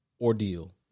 ordeal